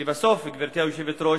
לבסוף, גברתי היושבת-ראש,